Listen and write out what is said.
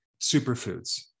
superfoods